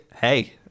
hey